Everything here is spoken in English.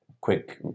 quick